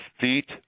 feet